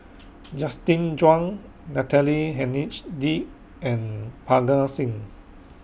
Justin Zhuang Natalie and Parga Singh